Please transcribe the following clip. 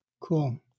Cool